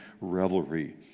revelry